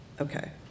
Okay